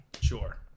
Sure